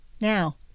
Now